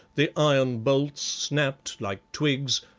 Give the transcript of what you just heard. the iron bolts snapped like twigs,